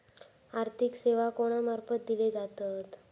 आर्थिक सेवा कोणा मार्फत दिले जातत?